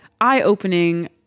eye-opening-